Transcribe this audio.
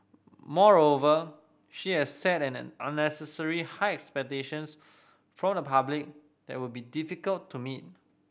moreover she has set an unnecessary high expectations from the public that would be difficult to meet